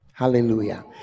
Hallelujah